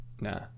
Nah